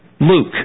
Luke